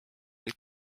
meil